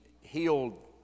healed